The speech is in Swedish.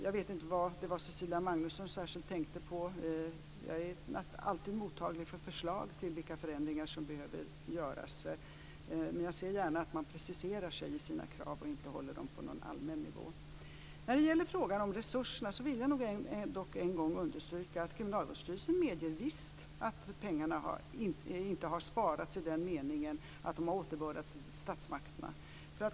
Jag vet inte vad Cecilia Magnusson särskilt tänkte på. Jag är alltid mottaglig för förslag till vilka förändringar som behöver göras, men jag ser gärna att man preciserar sig i sina krav och inte håller dem på en allmän nivå. När det gäller frågan om resurserna vill jag dock än en gång understryka att Kriminalvårdsstyrelsen visst medger att pengarna inte har sparats i den meningen att de har återbördats till statsmakterna.